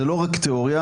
זה לא רק תיאוריה,